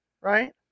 Right